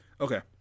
okay